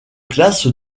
classe